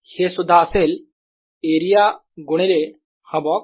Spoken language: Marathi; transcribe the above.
हे सुद्धा असेल एरिया गुणिले हा बॉक्स